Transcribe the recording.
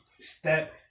step